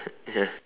ya